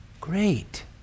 great